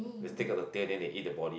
they take out the tail then they eat the body